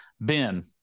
Ben